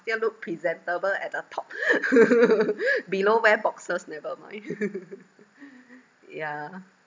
still look presentable at the top below wear boxers never mind yeah